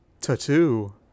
Tattoo